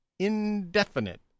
indefinite